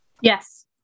Yes